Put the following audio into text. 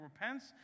repents